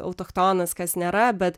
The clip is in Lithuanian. autochtonas kas nėra bet